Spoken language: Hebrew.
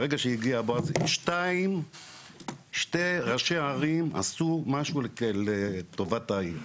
ברגע שהגיע בועז שני ראשי ערים עשו משהו לטובת העיר.